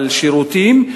על שירותים,